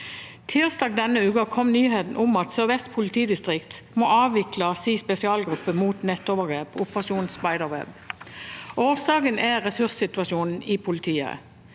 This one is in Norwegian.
Tirsdag denne uken kom nyheten om at Sør-Vest politidistrikt må avvikle sin spesialgruppe mot nettovergrep, Operasjon Spiderweb. Årsaken er ressurssituasjonen i politiet.